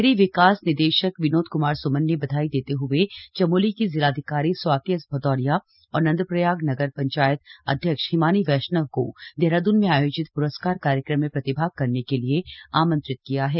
शहरी विकास निदेशक विनोद क्मार स्मन ने बधाई देते हए चमोली की जिलाधिकारी स्वाति एस भदौरिया और नंदप्रयाग नगर पंचायत अध्यक्ष हिमानी वैष्णव को देहरादून में आयोजित प्रस्कार कार्यक्रम में प्रतिभाग करने के लिए आमंत्रित किया है